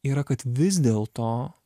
yra kad vis dėl to